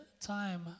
time